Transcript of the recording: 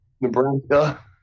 Nebraska